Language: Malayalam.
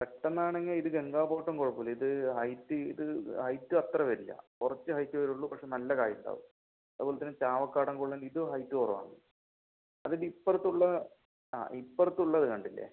പെട്ടെന്ന് ആണെങ്കിൽ ഇത് ഗംഗാ ബോട്ടം കുഴപ്പം ഇല്ല ഇത് ഹൈറ്റ് ഇത് ഹൈറ്റ് അത്ര വരില്ല കുറച്ച് ഹൈറ്റ് വരുള്ളു പക്ഷെ നല്ല കായ് ഉണ്ടാവും അതുപോലത്തന്നെ ചാവക്കാടൻ കുള്ളൻ ഇത് ഹൈറ്റ് കുറവാണ് അതിൻ്റ ഇപ്പുറത്ത് ഉള്ള ആ ഇപ്പുറത്ത് ഉള്ളത് കണ്ടില്ലെ